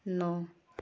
ਨੌ